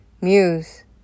muse